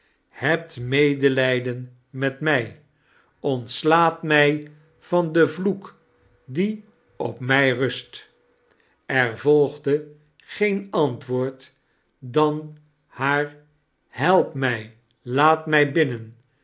hebt medelijden met mij ontslaat mij van den vloek die op mij rust er volgde geen antwoord dan haar help mij laat mij binnen